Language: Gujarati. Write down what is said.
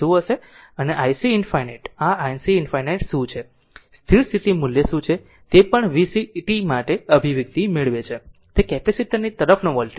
અને ic ∞ આ ic ∞ શું છે સ્થિર સ્થિતિ મૂલ્ય શું છે તે પણ vc t માટે અભિવ્યક્તિ મેળવે છે તે કેપેસિટર ની તરફનો વોલ્ટેજ છે